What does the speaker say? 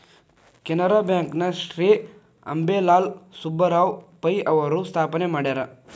Canara bank ನ ಶ್ರೇ ಅಂಬೇಲಾಲ್ ಸುಬ್ಬರಾವ್ ಪೈ ಅವರು ಸ್ಥಾಪನೆ ಮಾಡ್ಯಾರ